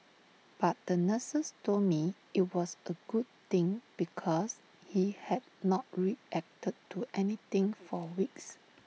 but the nurses told me IT was A good thing because he had not reacted to anything for weeks